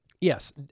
Yes